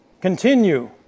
Continue